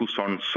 on